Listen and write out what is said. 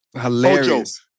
hilarious